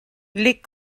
les